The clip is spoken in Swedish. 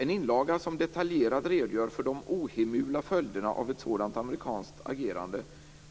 En inlaga som detaljerat redogör för de ohemula följderna av ett sådant amerikanskt agerande